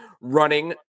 running